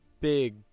big